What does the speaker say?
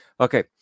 Okay